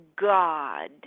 God